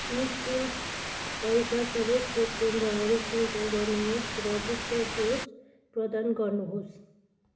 नि शुल्क भएका सबै खोप केन्द्रहरू फिल्टर गर्नुहोस् र बुस्टर डोज प्रदान गर्नुहोस्